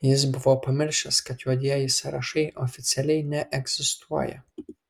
jis buvo pamiršęs kad juodieji sąrašai oficialiai neegzistuoja